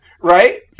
right